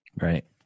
Right